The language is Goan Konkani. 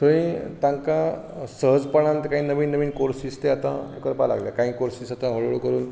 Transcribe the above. थंय तांकां सहजपणांत नवीन नवीन कोर्सीस ते आतां करपाक लागल्यात कांय कोर्सीस आतां हळू हळू करून